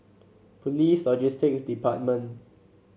Police Logistics Department